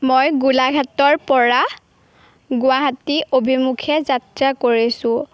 মই গোলাঘাটৰ পৰা গুৱাহাটী অভিমুখে যাত্ৰা কৰিছোঁ